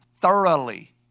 thoroughly